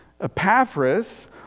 Epaphras